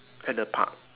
at the park